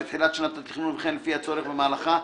בתחילת שנת התכנון וכן לפי הצורך במהלכה,